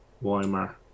Weimar